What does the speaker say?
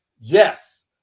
yes